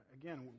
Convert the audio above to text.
Again